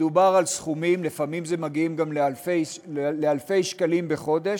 מדובר על סכומים שלפעמים מגיעים גם לאלפי שקלים בחודש